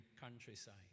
countryside